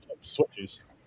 switches